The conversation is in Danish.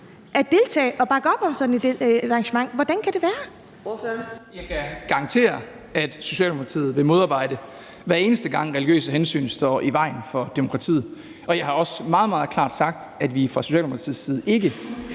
Kl. 10:33 Christian Rabjerg Madsen (S): Jeg kan garantere, at Socialdemokratiet vel modarbejde det, hver eneste gang religiøse hensyn står i vejen for demokratiet. Jeg har også meget, meget klart sagt, at vi fra Socialdemokratiets side ikke